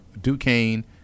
Duquesne